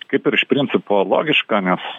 kaip ir iš principo logiška nes